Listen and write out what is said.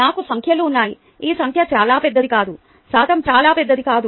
నాకు సంఖ్యలు ఉన్నాయి ఈ సంఖ్య చాలా పెద్దది కాదు శాతం చాలా పెద్దది కాదు